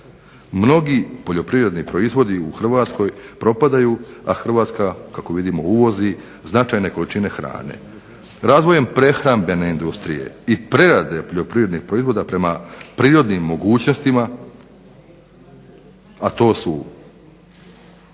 mnogi poljoprivredni proizvodi u Hrvatskoj propadaju, a Hrvatska kako vidimo uvozi značajne količine hrane. Razvojem prehrambene i prerade poljoprivrednih proizvoda prema prirodnim mogućnostima, a to su